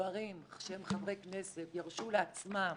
גברים שהם חברי כנסת ירשו לעצמם